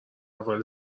اول